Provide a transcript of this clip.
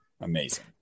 Amazing